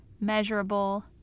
measurable